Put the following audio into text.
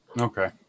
Okay